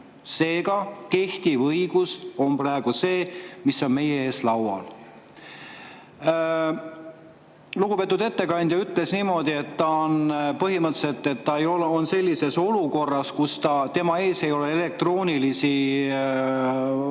Seega, kehtiv õigus on praegu see, mis on meie ees laual. Lugupeetud ettekandja ütles niimoodi, et põhimõtteliselt on ta sellises olukorras, kus tema ees ei ole elektroonilisi vahendeid,